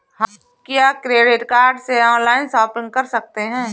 क्या हम credit card से ऑनलाइन शॉपिंग कर सकते हैं?